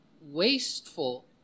wasteful